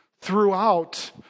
throughout